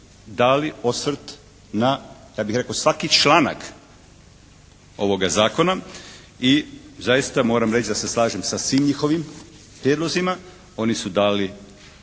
dali osvrt na ja bih rekao svaki članak ovoga zakona i zaista moram reći da se slažem sa svim njihovim prijedlozima. Oni su dali